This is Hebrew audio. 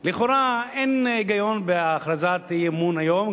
לכאורה אין היגיון בהכרזת אי-אמון היום,